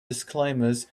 disclaimers